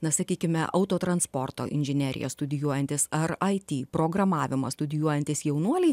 na sakykime autotransporto inžineriją studijuojantys ar aity programavimą studijuojantys jaunuoliai